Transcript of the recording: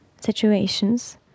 situations